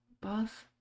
boss